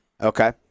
Okay